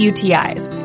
Uti's